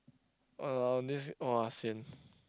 !walao! this !wah! sian